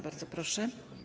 Bardzo proszę.